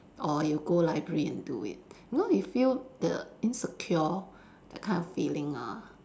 or you go library and do it you know you feel the insecure that kind of feeling ah